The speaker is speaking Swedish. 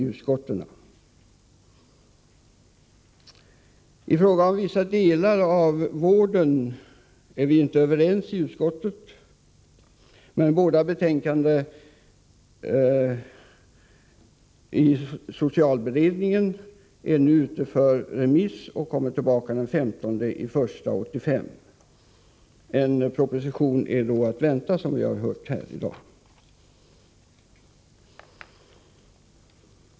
Regeringen har nu avgivit en proposition, som har behandlats av olika utskott.